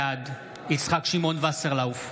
בעד יצחק שמעון וסרלאוף,